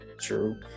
True